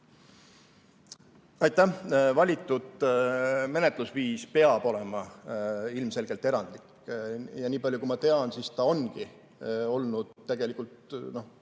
Aitäh! Valitud menetlusviis peab olema ilmselgelt erandlik ja nii palju, kui ma tean, see ongi olnud tegelikult